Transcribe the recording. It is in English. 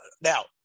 now